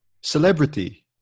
celebrity